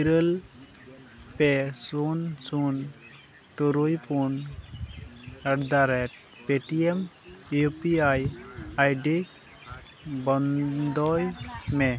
ᱤᱨᱟᱹᱞ ᱯᱮ ᱥᱩᱱ ᱥᱩᱱ ᱛᱩᱨᱩᱭ ᱯᱩᱱ ᱮᱴᱫᱟᱼᱨᱮᱹᱴ Paytm U P I ID ᱵᱚᱱᱫᱚᱭ ᱢᱮ